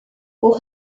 aux